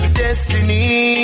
destiny